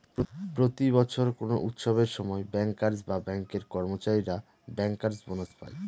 প্রতি বছর কোনো উৎসবের সময় ব্যাঙ্কার্স বা ব্যাঙ্কের কর্মচারীরা ব্যাঙ্কার্স বোনাস পায়